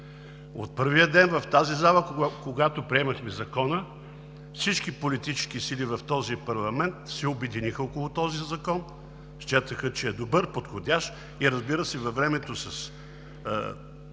От първия ден в тази зала, когато приемахме Закона, всички политически сили в този парламент се обединиха около този закон, счетоха, че е добър, подходящ, и, разбира се, във времето с